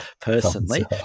personally